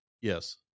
yes